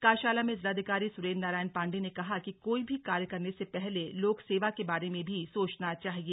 कार्यशाला में जिलाधिकारी सुरेन्द्र नारायण पाण्डे ने कहा कि कोई भी कार्य करने से पहले लोकसेवा के बारे में भी सोचना चाहिए